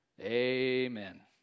amen